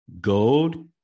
gold